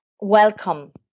welcome